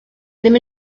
ddim